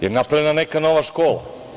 Jel napravljena neka nova škola?